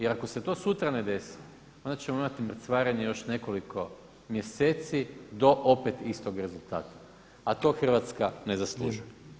Jer ako se to sutra ne desi onda ćemo imati mrcvarenje još nekoliko mjeseci do opet istog rezultata, a to Hrvatska ne zaslužuje.